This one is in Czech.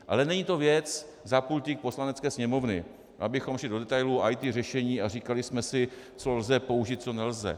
Ale není to věc za pultík Poslanecké sněmovny, abychom šli do detailů IT řešení a říkali jsme si, co lze použít, co nelze.